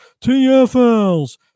TFLs